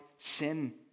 Sin